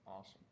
Awesome